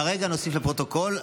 כרגע נוסיף לפרוטוקול,